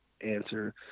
answer